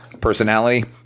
personality